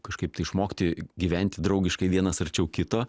kažkaip tai išmokti gyvent draugiškai vienas arčiau kito